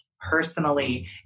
personally